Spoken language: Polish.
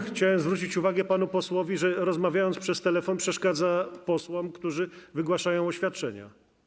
Chciałem zwrócić uwagę panu posłowi, że rozmawiając przez telefon przeszkadza posłom, którzy wygłaszają oświadczenia.